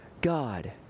God